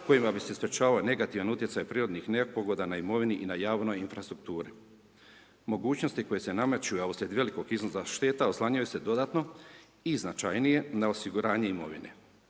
kojima bi se sprječavao negativan utjecaj prirodnih nepogoda na imovini i na javnoj infrastrukturi. Mogućnosti koje se nameću a uslijed velikih iznosa šteta oslanjaju se dodatno i značajnije na osiguranje imovine.